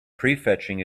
prefetching